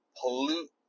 pollute